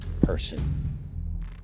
person